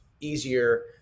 easier